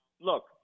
look